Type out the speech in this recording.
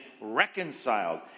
reconciled